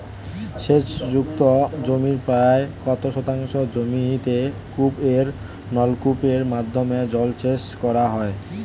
সেচ যুক্ত জমির প্রায় কত শতাংশ জমিতে কূপ ও নলকূপের মাধ্যমে জলসেচ করা হয়?